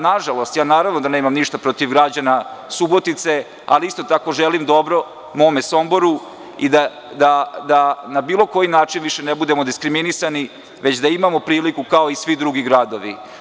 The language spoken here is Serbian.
Naravno da nemam ništa protiv građana Subotice, ali isto tako želim dobro mome Somboru i da na bilo koji način više ne budemo diskriminisani, već da imamo priliku kao i svi drugi gradovi.